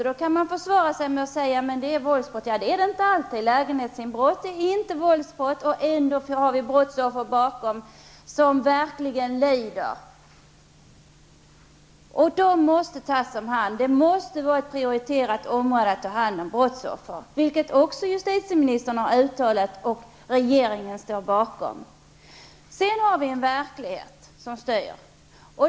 Då kan man försvara sig med att säga att det är fråga om våldsbrott. Men det är det inte alltid. Lägenhetsinbrott är inte våldsbrott och ändå finns det brottsoffer bakom som verkligen lider. Dessa måste tas om hand. Det måste vara ett prioriterat område att ta hand om brottsoffer, vilket justitieministern också har uttalat och regeringen står bakom. Sedan finns det en verklighet som styr.